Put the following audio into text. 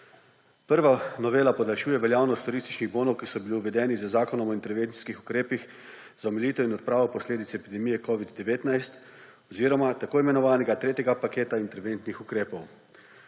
Prva novela podaljšuje veljavnost turističnih bonov, ki so bili uvedeni z Zakonom o intervencijskih ukrepih za omilitev in odpravo posledic epidemije covid-19 oziroma tako imenovanega tretjega paketa interventnih ukrepov.